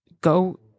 go